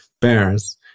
bears